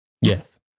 Yes